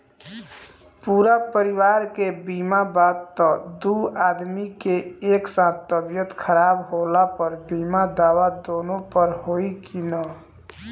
पूरा परिवार के बीमा बा त दु आदमी के एक साथ तबीयत खराब होला पर बीमा दावा दोनों पर होई की न?